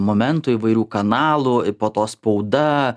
momentų įvairių kanalų po to spauda